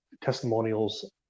testimonials